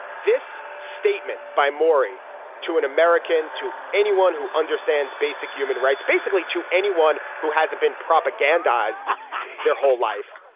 this statement by mori to an american to anyone who understands basic human rights basically to anyone who hasn't been propagandized their whole life.